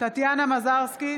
טטיאנה מזרסקי